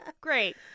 great